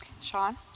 Sean